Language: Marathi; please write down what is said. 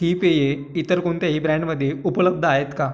ही पेये इतर कोणत्याही ब्रँडमध्ये उपलब्ध आहेत का